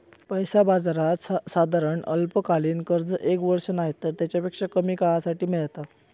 पैसा बाजारात साधारण अल्पकालीन कर्ज एक वर्ष नायतर तेच्यापेक्षा कमी काळासाठी मेळता